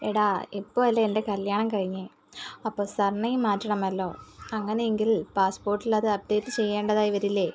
എടാ ഇപ്പോൾ അല്ലേ എൻ്റെ കല്യാണം കഴിഞ്ഞത് അപ്പോൾ സർ നെയിം മാറ്റണമല്ലോ അങ്ങനെയെങ്കിൽ പാസ്പോർട്ടിലത് അപ്ഡേറ്റ് ചെയ്യണ്ടതായി വരില്ലേ